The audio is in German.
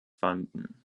fanden